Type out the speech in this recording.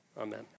Amen